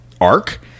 arc